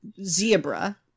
zebra